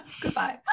goodbye